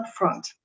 upfront